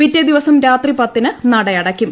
പിറ്റേദിവസം രാത്രി പത്തിന് നട അടയ്ക്കും